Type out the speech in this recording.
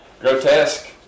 grotesque